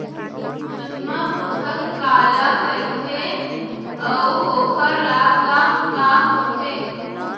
सुषमा पोसक काला कइथे अऊ ओखर लाभ का का होथे?